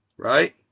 Right